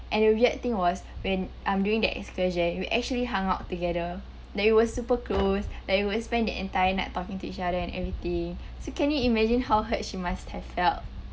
and the weird thing was when um during that excursion we actually hung out together like we were super close like we would spend the entire night talking to each other and everything so can you imagine how hurt she must have felt